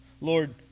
Lord